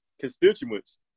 constituents